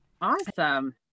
awesome